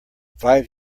five